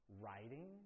writing